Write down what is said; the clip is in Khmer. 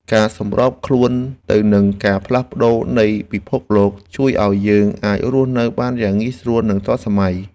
ការសម្របខ្លួនទៅនឹងការផ្លាស់ប្តូរនៃពិភពលោក ជួយឱ្យយើងអាចរស់នៅបានយ៉ាងងាយស្រួលនិងទាន់សម័យ។